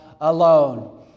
alone